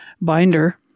binder